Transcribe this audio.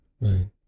right